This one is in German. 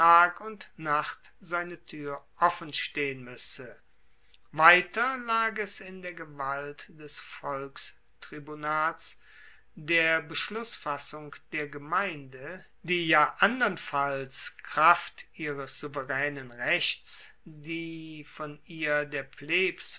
und nacht seine tuer offenstehen muesse weiter lag es in der gewalt des volkstribunats der beschlussfassung der gemeinde die ja andernfalls kraft ihres souveraenen rechts die von ihr der plebs